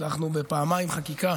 הצלחנו בפעמיים חקיקה